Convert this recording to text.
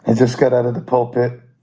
and just got out of the pulpit